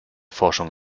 forschung